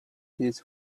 his